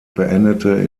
beendete